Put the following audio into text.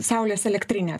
saulės elektrinę